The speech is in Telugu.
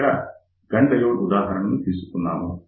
ఇక్కడ గన్ డయోడ్ ఉదాహరణ తీసుకున్నాము